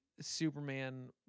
Superman